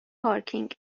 پارکینگ